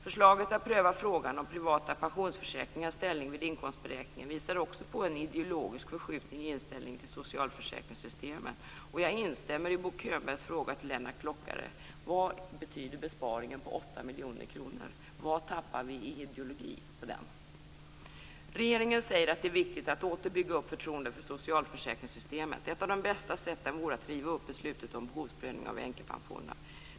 Förslaget att pröva frågan om privata pensionsförsäkringars ställning vid inkomstberäkningen visar också på en ideologisk förskjutning i inställningen till socialförsäkringssystemen. Jag instämmer i Bo Könbergs fråga till Lennart Klockare: Vad betyder besparingen på 8 miljoner kronor? Vad tappar vi i ideologi på den? Regeringen säger att det är viktigt att åter bygga upp fötroendet för socialförsäkringssystemet. Ett av de bästa sätten vore att riva upp beslutet om behovsprövningen av änkepensionerna.